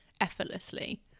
effortlessly